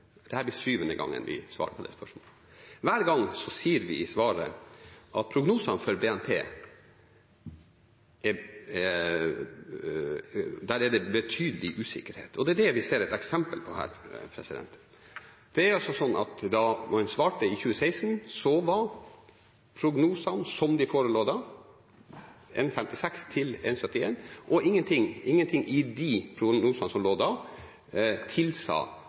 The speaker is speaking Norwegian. blir syvende gangen vi svarer på det spørsmålet. Hver gang sier vi i svaret at i prognosene for BNP er det betydelig usikkerhet. Det er det vi ser et eksempel på her. Da en svarte i 2016, var prognosene, som de forelå da, 1,56 pst. til 1,71 pst., og ingenting i de prognosene som lå da, tilsa at det tallet ville gå ned. Ingenting i de